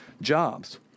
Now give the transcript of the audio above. jobs